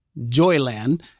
Joyland